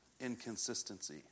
inconsistency